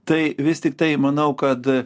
tai vis tiktai manau kad